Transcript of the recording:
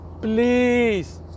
please